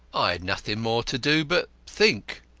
i had nothing more to do but think.